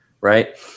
right